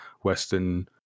Western